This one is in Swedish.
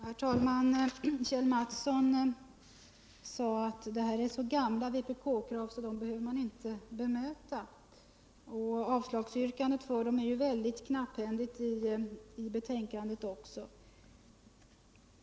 Herr talman! Kjell Mattsson sade att detta var så gamla vpk-krav alt man inte behöver bemöta dem. Yrkandet om avslag på dem är också väldigt knapphändigt i betänkandet.